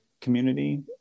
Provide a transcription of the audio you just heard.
community